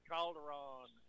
Calderon